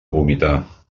vomitar